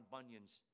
Bunyan's